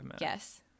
yes